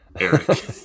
Eric